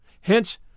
Hence